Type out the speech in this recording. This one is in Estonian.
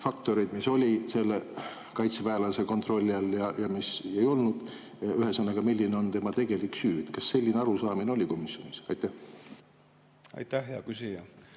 faktoreid, mis olid selle kaitseväelase kontrolli all ja mis ei olnud – ühesõnaga, milline on tema tegelik süü? Kas selline arusaamine oli komisjonis? Aitäh, lugupeetud